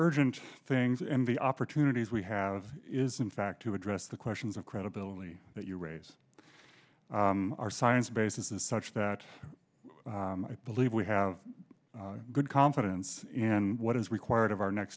urgent things and the opportunities we have is in fact to address the questions of credibility that you raise our science basis is such that i believe we have good confidence in what is required of our next